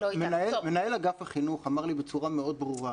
מנהל אגף החינוך אמר לי בצורה מאוד ברורה,